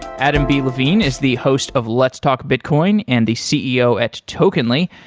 adam b. levine is the host of let's talk bitcoin and the ceo at tokenly.